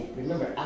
remember